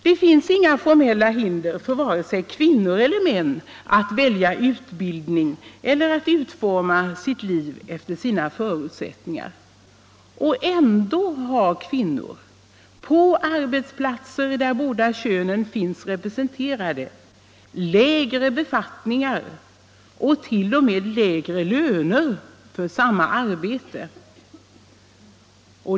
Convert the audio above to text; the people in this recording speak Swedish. Det finns inga formella hinder för vare sig kvinnor eller män att välja utbildning eller att utforma sitt liv efter sina förutsättningar, men ändå har kvinnor på de arbetsplatser där båda könen är representerade lägre befattningar och t.o.m. lägre löner för samma arbete.